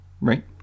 right